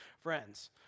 friends